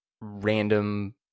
random